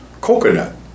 coconut